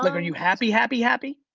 like are you happy, happy, happy?